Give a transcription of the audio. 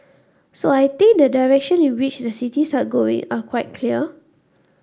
so I think the direction in which the cities are going are quite clear